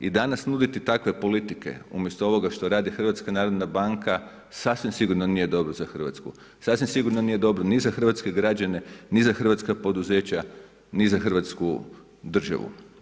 I danas nuditi takve politike umjesto ovoga što radi HNB, sasvim sigurno nije dobro za Hrvatsku, sasvim sigurno nije dobro ni za hrvatske građane, ni za hrvatska poduzeća, ni za hrvatsku državu.